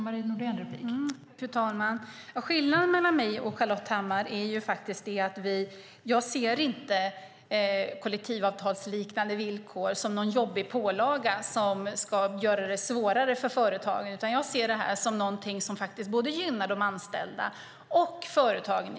Fru talman! Skillnaden mellan mig och Ann-Charlotte Hammar Johnsson är att jag inte ser kollektivavtalsliknande villkor som en jobbig pålaga som gör det svårare för företag. Jag ser det som något som gynnar både de anställda och företagen.